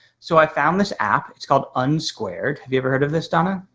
so i found this app it's called unsquared. have you ever heard of this, donna?